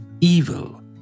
evil